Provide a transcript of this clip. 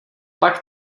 pak